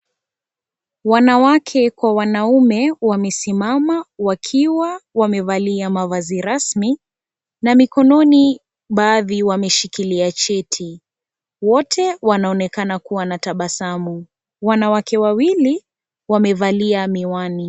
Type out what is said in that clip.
Wanawake kwa wanaume wamesimama, wakiwa wamevalia mavazi rasmi na mikononi baadhi wameshikilia cheti. Wote wanaonekana kuwa na tabasamu. Wanawake wawili, wamevalia miwani.